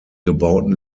gebauten